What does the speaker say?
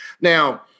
Now